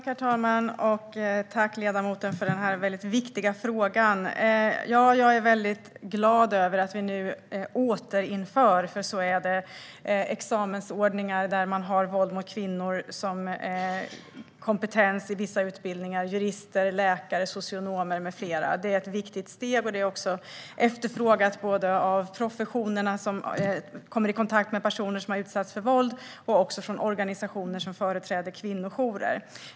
Herr talman! Jag vill tacka för den viktiga frågan. Jag är väldigt glad över att vi nu återinför - så är det nämligen - examensordningar där kunskaper om mäns våld mot kvinnor blir en kompetens på vissa utbildningar. Det gäller jurister, läkare, socionomer med flera. Det är ett viktigt steg. Och det är efterfrågat, både av professionerna som kommer i kontakt med dem som utsatts för våld och av organisationer som företräder kvinnojourer.